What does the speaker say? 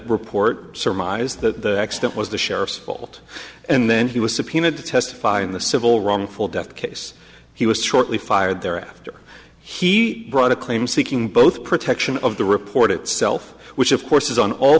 report surmise the accident was the sheriff's fault and then he was subpoenaed to testify in the civil wrongful death case he was shortly fired there after he brought a claim seeking both protection of the report itself which of course